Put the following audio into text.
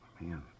Man